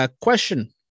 Question